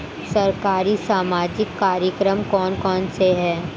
सरकारी सामाजिक कार्यक्रम कौन कौन से हैं?